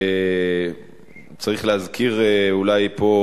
וצריך להזכיר אולי כאן,